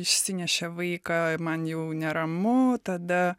išsinešė vaiką man jau neramu tada